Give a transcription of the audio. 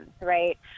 right